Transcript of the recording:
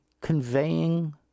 conveying